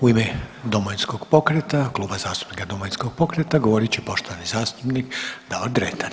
U ime Domovinskog pokreta, Kluba zastupnika Domovinskog pokreta govorit će poštovani zastupnik Davor Dretar.